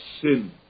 sin